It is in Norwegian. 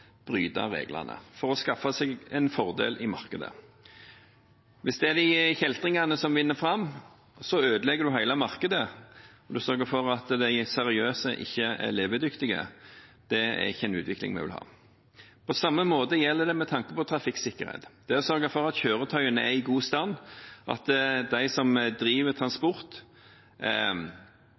bryte reglene for å skaffe seg en fordel i markedet. Hvis det er kjeltringene som vinner fram, ødelegger man hele markedet, og man sørger for at de seriøse ikke er levedyktige. Det er ikke en utvikling vi vil ha. På samme måte er det med trafikksikkerhet. Det å sørge for at kjøretøyene er i god stand, at de som driver med transport,